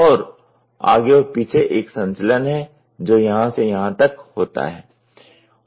और आगे और पीछे एक संचलन है जो यहां से यहां तक होता है